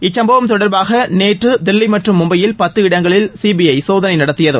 இச்சுப்பவம் தொடர்பாக நேற்று தில்லி மற்றும் மும்பையில் பத்து இடங்களில் சிபிஐ சோதனை நடத்தியது